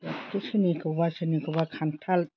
खथ्थ' सोरनिखौबा सोरनिखौबा खान्थाल